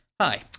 Hi